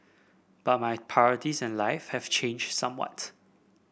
but my priorities in life have changed somewhat